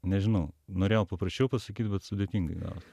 nežinau norėjau paprasčiau pasakyt bet sudėtingai gavos